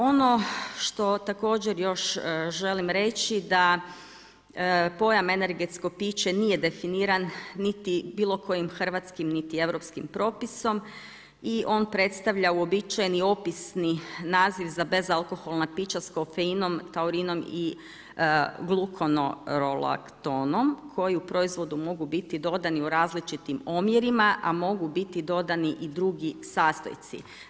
Ono što također još želim reći da pojam energetsko piće nije definiran niti bilo kojim niti europskim propisom i on predstavlja uobičajeni opisni naziv za bezalkoholna pića sa kofeinom, taurinom i glukuronalaktonom koji u proizvodu mogu biti dodani u različitim omjerima a mogu biti dodani i drugi sastojci.